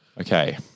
Okay